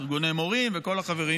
ארגוני מורים וכל החברים,